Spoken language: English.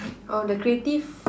oh the creative